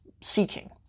seeking